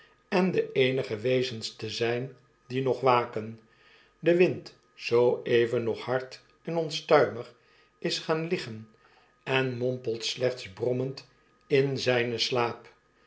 en de eenige wezens te zyn die nog waken de wind zoo even nog hardenonstuimig isgaanliggen en mompelt slechts brommend in zynen slaap